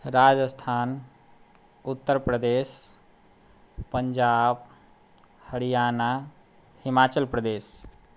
Rajasthan Uttar Pradesh Punjab Haryana Himachal Pradesh